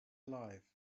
alive